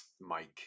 Mike